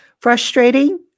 Frustrating